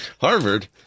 Harvard